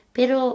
Pero